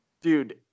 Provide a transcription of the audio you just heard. Dude